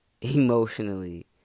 Emotionally